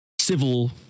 civil